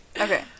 Okay